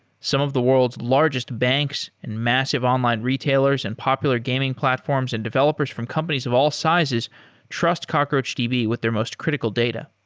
some of the world's largest banks and massive online retailers and popular gaming platforms and developers from companies of all sizes trust cockroachdb with their most critical data.